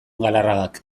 galarragak